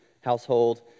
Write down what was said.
household